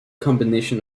combination